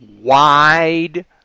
wide